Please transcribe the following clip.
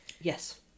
Yes